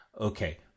okay